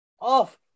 Off